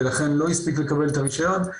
ולכן לא הספיק לקבל את הרישיון.